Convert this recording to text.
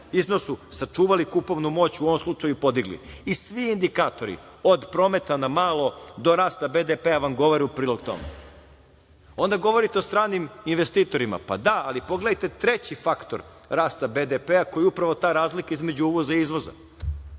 iznosu sačuvali kupovnu moć u ovom slučaju podigli. Svi indikatori od prometa na malo, do rasta BDP vam govore u prilog tome. Onda govorite o stranim investitorima. Pa, da, ali pogledajte treći faktor rasta BDP koji je upravo ta razlika između uvoza i izvoza.